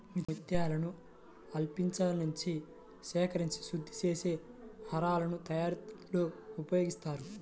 ముత్యాలను ఆల్చిప్పలనుంచి సేకరించి శుద్ధి చేసి హారాల తయారీలో ఉపయోగిస్తారు